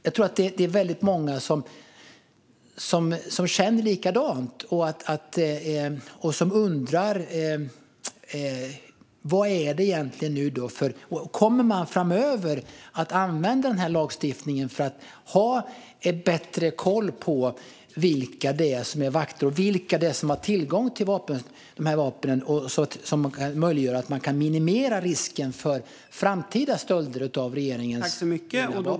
Det är nog väldigt många som känner likadant och som undrar om man framöver kommer att använda denna lagstiftning för att ha bättre koll på vilka som är vakter och har tillgång till dessa vapen, detta för att minimera risken för framtida stölder av regeringens vapen.